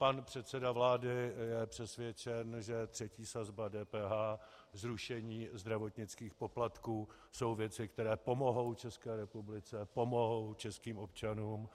Pan předseda vlády je přesvědčen, že třetí sazba DPH, zrušení zdravotnických poplatků jsou věci, které pomohou České republice, které pomohou českým občanům.